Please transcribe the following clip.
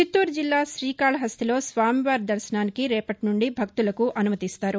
చిత్తూరు జిల్లా శ్రీకాళహస్తిలో స్వామివారి దర్ననానికి రేపటి నుండి భక్తులకు అనుమతిస్తారు